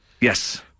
Yes